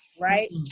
right